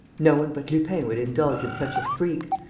no one but lupin would indulge in such a freak,